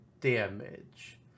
damage